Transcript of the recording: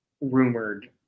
rumored